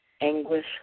anguish